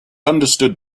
understood